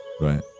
right